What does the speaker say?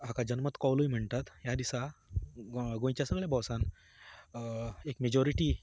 हाका जनमत कौलूय म्हणटात ह्या दिसा गों गोंयच्या सगळ्या भौसान एक मेजोरिटी